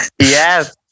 yes